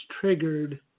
triggered